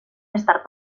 estar